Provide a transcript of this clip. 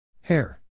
hair